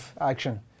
action